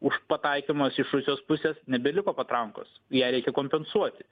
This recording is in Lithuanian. už pataikymas iš rusijos pusės nebeliko patrankos ją reikia kompensuoti